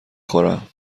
خورم